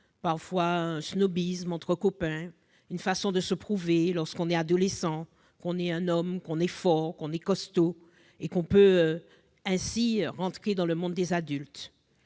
voire un snobisme entre copains, une façon de se prouver, lorsque l'on est adolescent, que l'on est un homme, fort, costaud, et que l'on peut ainsi entrer dans le monde des adultes.